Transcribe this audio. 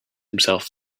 himself